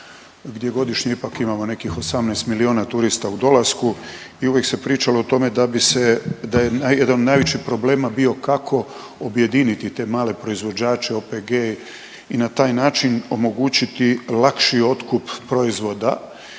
gdje godišnje ipak imamo nekih 18 milijuna turista u dolasku i uvijek se pričalo o tome da je jedan od najvećih problema bio kako objediniti te male proizvođače, OPG-e i na taj način omogućiti lakši otkup proizvoda